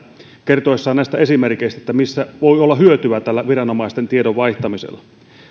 kertoessaan näistä esimerkeistä missä voi olla hyötyä viranomaisten tiedon vaihtamisesta